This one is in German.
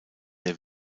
der